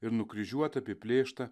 ir nukryžiuota apiplėšta